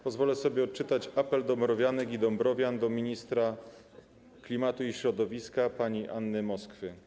Pozwolę sobie odczytać apel dąbrowianek i dąbrowian do ministra klimatu i środowiska pani Anny Moskwy.